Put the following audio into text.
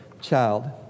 child